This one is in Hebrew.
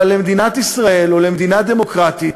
אבל למדינת ישראל, ולמדינה דמוקרטית,